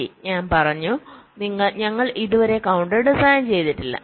ശരി ഞാൻ പറഞ്ഞു ഞങ്ങൾ ഇതുവരെ കൌണ്ടർ ഡിസൈൻ ചെയ്തിട്ടില്ല